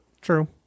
True